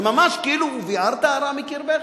זה ממש כאילו, וביערת הרע מקרבך.